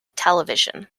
television